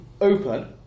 open